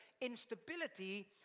instability